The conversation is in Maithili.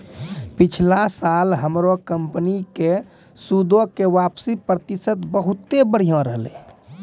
पिछला साल हमरो कंपनी के सूदो के वापसी प्रतिशत बहुते बढ़िया रहलै